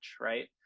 right